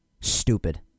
stupid